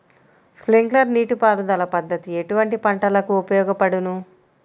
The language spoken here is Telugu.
స్ప్రింక్లర్ నీటిపారుదల పద్దతి ఎటువంటి పంటలకు ఉపయోగపడును?